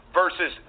versus